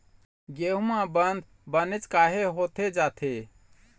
गेहूं म बंद बनेच काहे होथे जाथे?